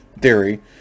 theory